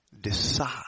decide